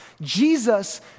Jesus